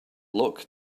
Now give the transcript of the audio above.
luck